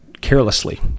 carelessly